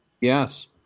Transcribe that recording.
yes